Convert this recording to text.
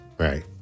Right